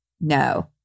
no